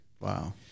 Wow